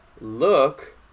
look